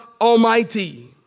Almighty